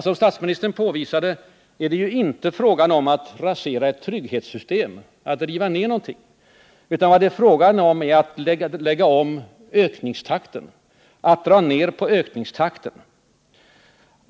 Som statsministern påvisade är det inte fråga om att rasera ett trygghetssystem, att riva ner någonting, utan vad det är fråga om är att dra ner ökningstakten i utgifterna.